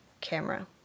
camera